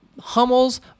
Hummels